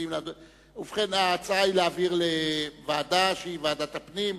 ההצעה היא להעביר לוועדת הפנים.